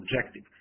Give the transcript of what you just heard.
objective